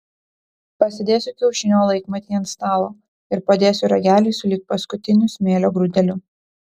pasidėsiu kiaušinio laikmatį ant stalo ir padėsiu ragelį sulig paskutiniu smėlio grūdeliu